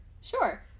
Sure